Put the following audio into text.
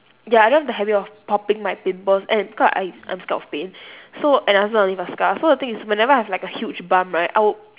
ya I don't have the habit of popping my pimples and because I I'm scared of pain so and I also don't want to leave a scar so the thing is whenever I have like a huge bump right I will